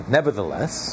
Nevertheless